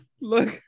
Look